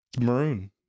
maroon